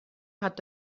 hat